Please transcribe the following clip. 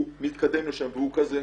הצבא מתקדם לשם והוא כזה.